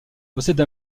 possède